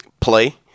play